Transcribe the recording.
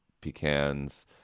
pecans